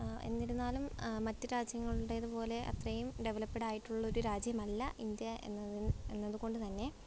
എന്നിരുന്നാലും മറ്റു രാജ്യങ്ങളടേതുപോലെ അത്രയും ഡെവലപ്പ്ഡ് ആയിട്ടുള്ള രാജ്യമല്ല ഇന്ത്യ എന്നത് എന്നത് കൊണ്ട് തന്നെ